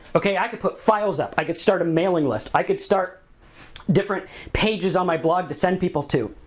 okay, i could put files up, i could start a mailing list, i could start different pages on my blog to send people to.